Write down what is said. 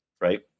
right